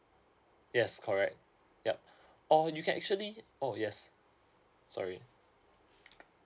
yes correct yup or you can actually oh yes sorry